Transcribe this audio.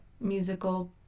musical